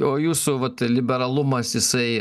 o jūsų vat liberalumas jisai